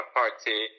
party